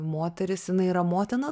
moteris jinai yra motina